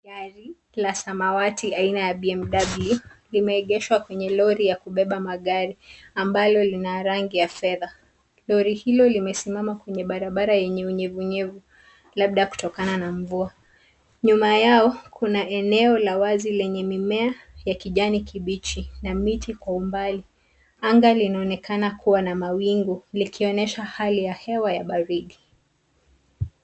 Gari la samawati aina ya BMW limeegeshwa kwenye lori ya kubeba magari ambalo lina rangi ya fedha. Lori hilo limesimama kwenye barabara enye unyevuunyevu labda kutokana na mvua. Nyuma yao kuna eneo la wazi lenye mimea ya kijani kibichi na miti kwa umbali. Anga linaonekana kuwa na mawingu likionyesha hali ya hewa ya baridi.